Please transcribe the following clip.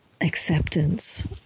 acceptance